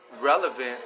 relevant